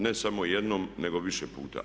Ne samo jednom nego više puta.